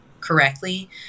correctly